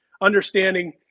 understanding